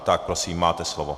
Tak prosím, máte slovo.